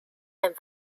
and